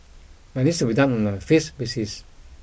but needs be done on a phase basis